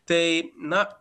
tai na